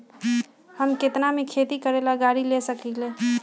हम केतना में खेती करेला गाड़ी ले सकींले?